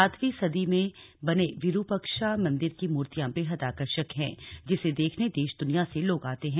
सातवीं सदी में बने विरुपक्षा मंदिर की मूर्तियां बेहद आकर्षक हैं जिसे देखने देश दुनिया से लोग आते हैं